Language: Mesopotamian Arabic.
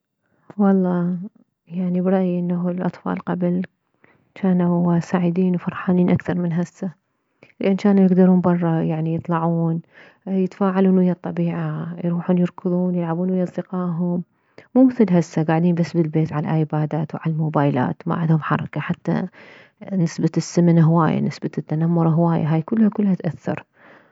والله يعني برأي انه الاطفال قبل جانو سعيدين وفرحانين اكثر من هسه لان جانو يكدرون بره يعني يطلعون يتفاعلون ويه الطبيعة يروحون يركضون يلعبون ويه اصدقائهم مو مثل هسه كاعدين بس بالبيت عالايبادات وعالموبايلات ما عدهم حركة حتى نسبة السمن هواية نسبة التنمر هواية هاي كلها كلها تأثر